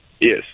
Yes